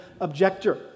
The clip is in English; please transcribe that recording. objector